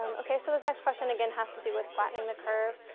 um okay. so this next question again has to do with flattening the curve.